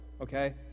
okay